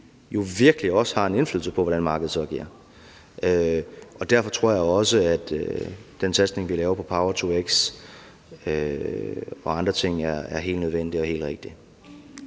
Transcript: virkelig også har en indflydelse på, hvordan markedet så agerer. Og derfor tror jeg også, at den satsning, vi har lavet på power-to-x og andre ting, er helt nødvendig og helt rigtig.